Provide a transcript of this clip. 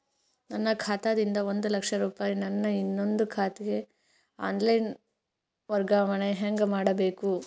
ನನ್ನ ಖಾತಾ ದಿಂದ ಒಂದ ಲಕ್ಷ ರೂಪಾಯಿ ನನ್ನ ಇನ್ನೊಂದು ಖಾತೆಗೆ ಆನ್ ಲೈನ್ ವರ್ಗಾವಣೆ ಹೆಂಗ ಮಾಡಬೇಕು?